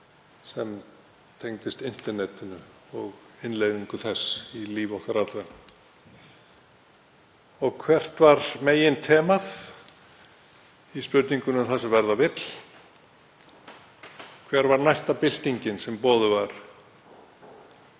sem tengdist internetinu og innleiðingu þess í líf okkar allra. Og hvert var meginþemað í spurningunni um það sem verða vill? Hver var næsta byltingin sem boðuð var?